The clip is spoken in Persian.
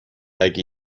اگه